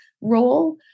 role